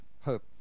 Hope